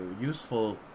useful